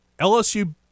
LSU